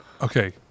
Okay